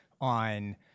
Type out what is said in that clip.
on